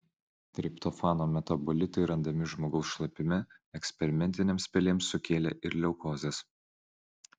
triptofano metabolitai randami žmogaus šlapime eksperimentinėms pelėms sukėlė ir leukozes